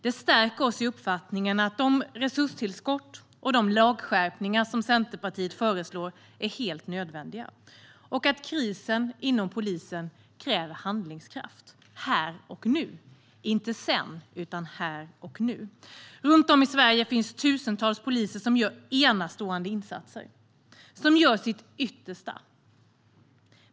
Det stärker oss i uppfattningen att de resurstillskott och de lagskärpningar som Centerpartiet föreslår är helt nödvändiga och att krisen inom polisen kräver handlingskraft här och nu - inte sedan, utan här och nu. Runt om i Sverige finns tusentals poliser som gör enastående insatser. De gör sitt yttersta.